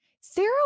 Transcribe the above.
Sarah